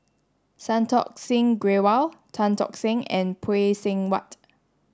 Santokh Singh Grewal Tan Tock Seng and Phay Seng Whatt